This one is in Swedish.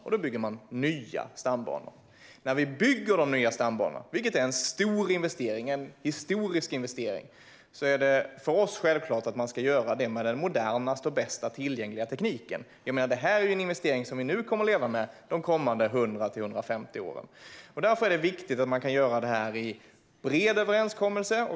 Och då bygger vi nya stambanor. När vi bygger de nya stambanorna, vilket är en stor och historisk investering, är det för oss självklart att man ska göra det med den modernaste och bästa tillgängliga tekniken. Det är ju en investering som vi kommer att leva med de kommande 100-150 åren. Därför är det viktigt att man kan göra det genom en bred överenskommelse.